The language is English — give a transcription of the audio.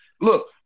Look